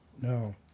No